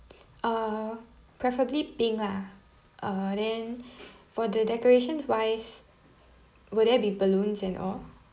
uh preferably pink lah uh then for the decoration wise will there be balloons and all